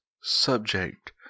subject